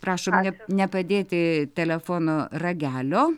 prašom nepadėti telefono ragelio